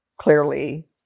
Clearly